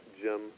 Jim